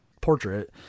portrait